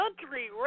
Country